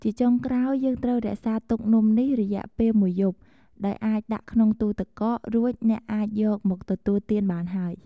ជាចុងក្រោយ យើងត្រូវរក្សាទុកនំនេះរយៈពេលមួយយប់ ដោយអាចដាក់ក្នុងទូរទឹកកក រួចអ្នកអាចយមមកទទួលទានបានហើយ។